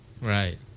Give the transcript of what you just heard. Right